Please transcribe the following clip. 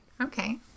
okay